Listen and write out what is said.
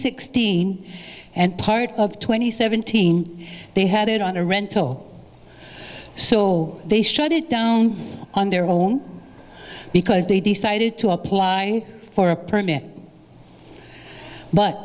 sixteen and part of twenty seventeen they had it on a rental so they shut it down on their own because they decided to apply for a permit but